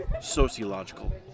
sociological